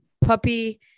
puppy